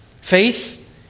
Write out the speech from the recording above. Faith